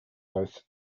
both